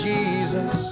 Jesus